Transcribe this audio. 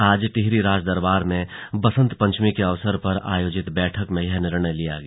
आज टिहरी राजदरबार में बसंत पंचमी के अवसर पर आयोजित बैठक में यह निर्णय लिया गया